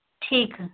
ٹھیک ہے